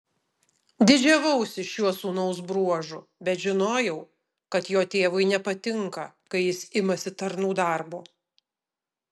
didžiavausi šiuo sūnaus bruožu bet žinojau kad jo tėvui nepatinka kai jis imasi tarnų darbo